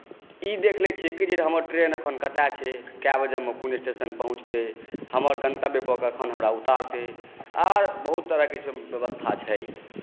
ई देख लै छी कि जे हमर ट्रेन एखन कतऽ छै कए बजेमे कोन स्टेशन पहुँचतै हमर गन्तव्य पर कखन हमरा उतारतै आर बहुत तरहके छै व्यवस्था छै